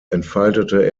entfaltete